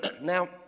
Now